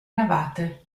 navate